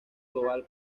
global